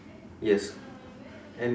yes and